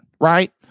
right